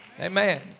Amen